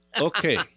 Okay